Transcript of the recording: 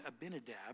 Abinadab